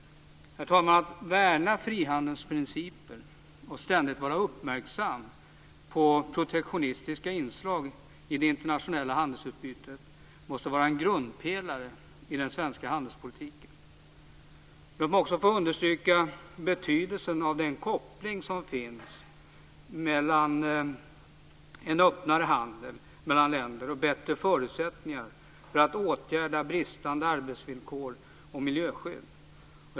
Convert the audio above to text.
Herr talman! Att värna frihandelsprincipen och ständigt vara uppmärksam på protektionistiska inslag i det internationella handelsutbytet måste vara en grundpelare i den svenska handelspolitiken. Låt mig också understryka betydelsen av den koppling som finns mellan en öppnare handel mellan länder och bättre förutsättningar för att åtgärda bristande arbetsvillkor och miljöskydd.